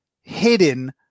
hidden